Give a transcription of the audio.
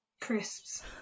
crisps